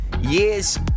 Years